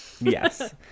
Yes